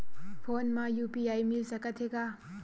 Phone मा UPI मिल सकत हे का?